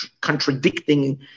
contradicting